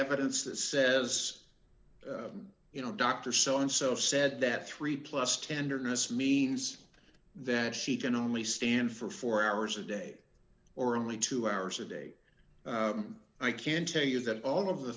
evidence that says you know dr soandso said that three plus tenderness means that she can only stand for four hours a day or only two hours a day i can tell you that all of the